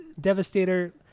Devastator